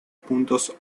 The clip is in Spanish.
puntos